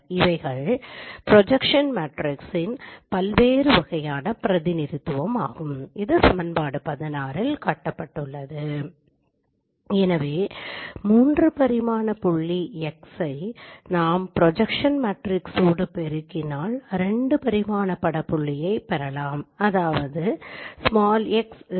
இவைகள் ப்ரொஜக்ஸன் மேட்ரிக்ஸின் பல்வேறு வகையான பிரதிநிதித்துவம் ஆகும் எனவே 3 பரிமாண புள்ளி X ஐ நாம் ப்ரொஜக்ஸன் மேட்ரிஸோடு பெருக்கினால் 2 பரிமாண பட புள்ளியை பெறலாம் x PX